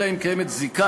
אלא אם קיימת זיקה